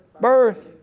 birth